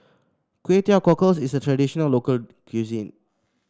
Kway Teow Cockles is a traditional local cuisine